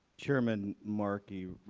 chairman markey,